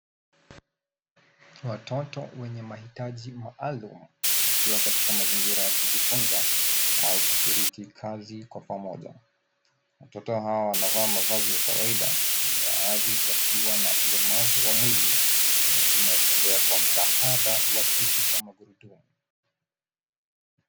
Watoto wenye mahitaji maalum wakiwa katika mazingira ya kujifunza au kushiriki kazi kwa pamoja. Watoto hawa wanavaa mavazi ya kawaida na baadhi wakiwa na ulemavu wa mwili na wengine wakitembea kwa msaada wa kiti cha magurudumu.